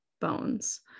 bones